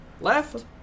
Left